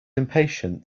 impatient